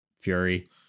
Fury